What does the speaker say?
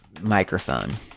microphone